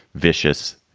vicious.